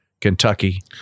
Kentucky